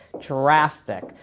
drastic